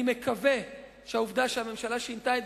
אני מקווה שהעובדה שהממשלה שינתה את